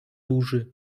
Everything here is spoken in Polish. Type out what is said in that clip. burzy